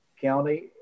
county